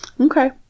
Okay